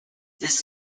this